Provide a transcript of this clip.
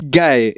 guy